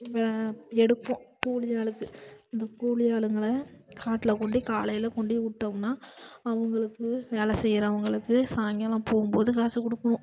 எடுப்போம் கூலி ஆளுக்கு இந்த கூலி ஆளுங்களை காட்டில் கொண்டிபோய் காலையில் கொண்டி விட்டோம்னா அவங்களுக்கு வேலை செய்யறவங்களுக்கு சாய்ங்காலம் போகும்போது காசு கொடுப்போம்